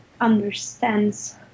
understands